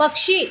पक्षी